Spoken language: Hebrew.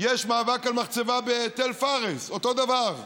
יש מאבק על מחצבה בתל פארס, אותו דבר.